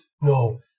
No